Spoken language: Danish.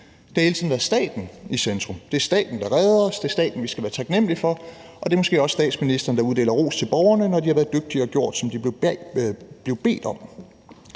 Det har hele tiden været staten i centrum. Det er staten, der redder os, det er staten, vi skal være taknemmelige for, og det er måske også statsministeren, der uddeler ros til borgerne, når de har været dygtige og gjort, som de er blevet bedt om.